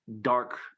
dark